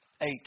Eight